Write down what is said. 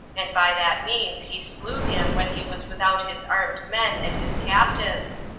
and by that means he slew him when he was without his armed men and his captains,